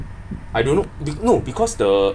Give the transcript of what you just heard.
I don't know no because the